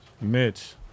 Mitch